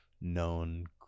known